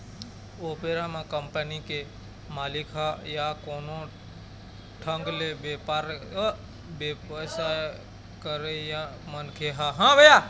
ओ बेरा म कंपनी के मालिक ह या कोनो ढंग ले बेपार बेवसाय करइया मनखे ह